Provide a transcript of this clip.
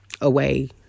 away